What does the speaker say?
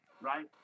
right